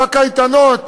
בקייטנות